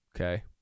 Okay